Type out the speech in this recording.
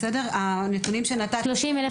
(אומרת דברים בשפת הסימנים,